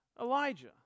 Elijah